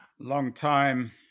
long-time